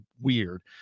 weird